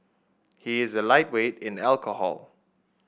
he is a lightweight in alcohol